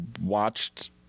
watched